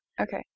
Okay